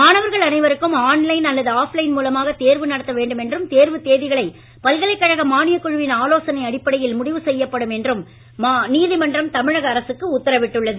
மாணவர்கள் அனைவருக்கும் ஆன்லைன் அல்லது ஆஃப் லைன் மூலமாக தேர்வு நடத்த வேண்டும் என்றும் தேர்வுத் தேதிகளை பல்கலைக்கழக மானியக் குழுவின் ஆலோசனை அடிப்படையில் முடிவு செய்யப்படும் என்றும் நீதிமன்றம் தமிழக அரசுக்கு உத்தரவிட்டுள்ளது